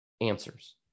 answers